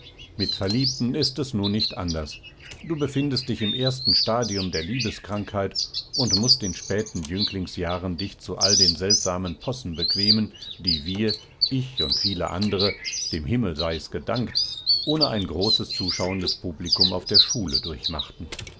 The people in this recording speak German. mit verliebten ist es nun nicht anders du befindest dich im ersten stadium der liebeskrankheit und mußt in späten jünglingsjahren dich zu all den seltsamen possen bequemen die wir ich und viele andere dem himmel sei es gedankt ohne ein großes zuschauendes publikum auf der schule